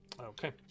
Okay